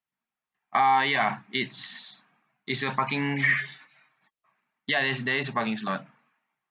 uh ya it's it's a parking ya it's there is a parking slot